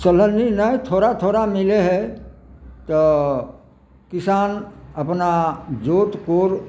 सोलहन्नी नहि थोड़ा थोड़ा मिलै है तऽ किसान अपना जोत कोर